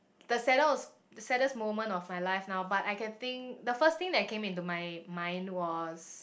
the saddest the saddest moment of my life now but I can think the first thing that came into my mind was